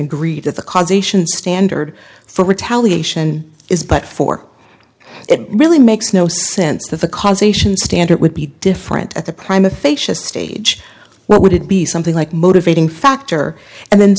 agreed that the causation standard for retaliation is but for it really makes no sense that the causation standard would be different at the prime of facia stage what would it be something like motivating factor and then